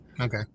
Okay